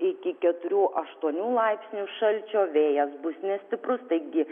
iki keturių aštuonių laipsnių šalčio vėjas bus nestiprus taigi